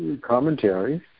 commentary